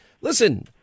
Listen